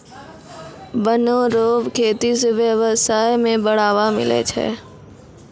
वन रो खेती से व्यबसाय में बढ़ावा मिलै छै